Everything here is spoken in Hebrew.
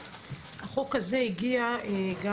על סדר-היום הצעת החוק שלי ושלי עידית סילמן: